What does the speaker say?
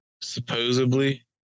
Supposedly